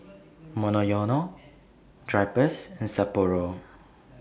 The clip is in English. Monoyono Drypers and Sapporo